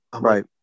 Right